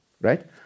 right